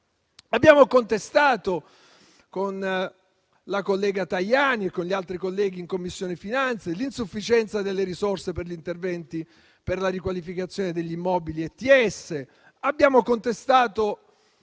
Abbiamo contestato con la collega Tajani e con gli altri colleghi in Commissione finanze l'insufficienza delle risorse per gli interventi per la riqualificazione degli immobili degli enti